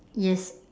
yes